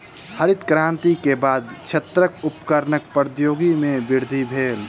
हरित क्रांति के बाद कृषि क्षेत्रक उपकरणक प्रौद्योगिकी में वृद्धि भेल